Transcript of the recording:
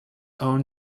own